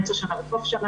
באמצע שנה ובסופה,